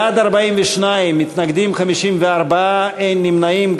בעד, 42, מתנגדים, 54, אין נמנעים.